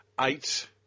eight